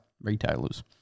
retailers